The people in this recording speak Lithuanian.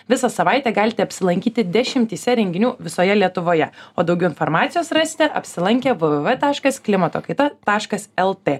visą savaitę galite apsilankyti dešimtyse renginių visoje lietuvoje o daugiau informacijos rasite apsilankę vvv taškas klimato kaita taškas lt